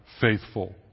faithful